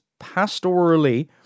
pastorally